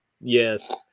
yes